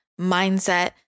mindset